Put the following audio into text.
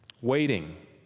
Waiting